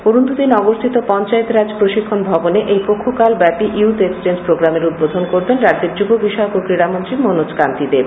অরুন্ধতিনগরস্হিত পঞ্চায়েতরাজ প্রশিক্ষণ ভবনে এই পক্ষকালব্যাপী ইয়ুথ এক্সচেঞ প্রোগ্রামের উদ্বোধন করবেন রাজ্যের যুব বিষয়ক ও ক্রীড়ামন্ত্রী মনোজ কান্তি দেব